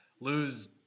lose